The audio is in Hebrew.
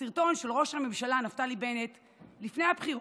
הסרטון של ראש הממשלה נפתלי בנט לפני הבחירות,